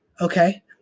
okay